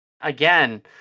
again